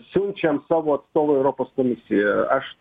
siunčiam savo atstovą į europos komisiją aš